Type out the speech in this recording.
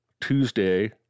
Tuesday